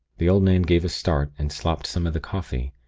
the old man gave a start, and slopped some of the coffee.